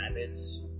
habits